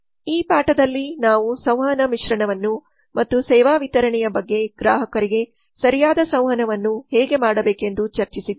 ಈ ಪಾಠದಲ್ಲಿ ನಾವು ಸಂವಹನ ಮಿಶ್ರಣವನ್ನು ಮತ್ತು ಸೇವಾ ವಿತರಣೆಯ ಬಗ್ಗೆ ಗ್ರಾಹಕರಿಗೆ ಸರಿಯಾದ ಸಂವಹನವನ್ನು ಹೇಗೆ ಮಾಡಬೇಕೆಂದು ಚರ್ಚಿಸಿದ್ದೇವೆ